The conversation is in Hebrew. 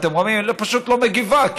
פשוט לא מגיבה.